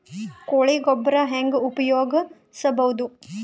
ಕೊಳಿ ಗೊಬ್ಬರ ಹೆಂಗ್ ಉಪಯೋಗಸಬಹುದು?